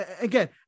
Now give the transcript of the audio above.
again